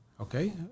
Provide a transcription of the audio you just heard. Okay